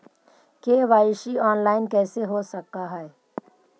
KYC online कैसे हो सक है?